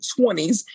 20s